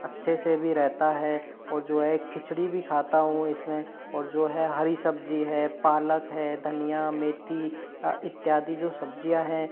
अच्छे से भी रहता है और जो है खिचड़ी भी खाता हूँ इसमें और जो है हरी सब्जी है पालक है धनिया मेथी इत्यादि जो सब्जियाँ हैं